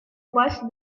bust